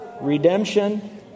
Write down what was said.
redemption